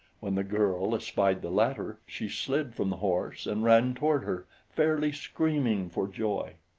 when the girl espied the latter, she slid from the horse and ran toward her, fairly screaming for joy.